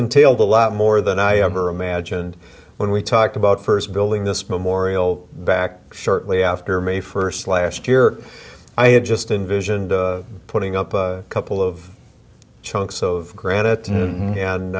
entails a lot more than i ever imagined when we talked about first building this memorial back shortly after may first last year i had just invision putting up a couple of chunks of granite and